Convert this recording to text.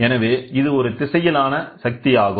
எனவேஇது ஒரு திசையிலான சக்தி ஆகும்